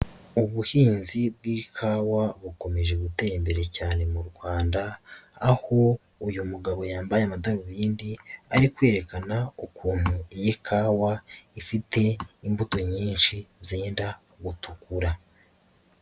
Ubuhinzi bw'ikawa bukomeje gutera imbere cyane mu Rwanda aho uyu mugabo yambaye amadarubindi ari kwerekana ukuntu iyi kawa ifite imbuto nyinshi zenda gutukura.